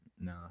No